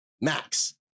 max